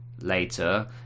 later